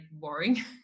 boring